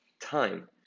Time